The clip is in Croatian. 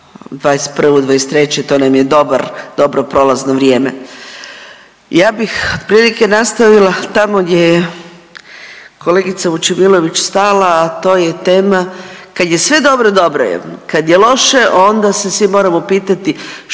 '21.-'23. to nam je dobar dobro prolazno vrijeme. Ja bih otprilike nastavila tamo gdje je kolegica Vučemilović stala, a to je tema kad je sve dobro dobro je, kad je loše onda se svi moramo pitati